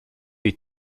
les